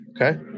Okay